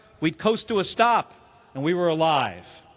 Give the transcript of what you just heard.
we'd coast to a stop and we were alive.